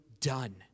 done